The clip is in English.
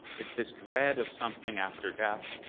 it's this dread of something after death,